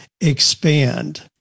expand